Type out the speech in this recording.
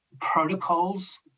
protocols